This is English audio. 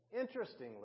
Interestingly